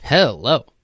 Hello